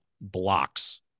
blocks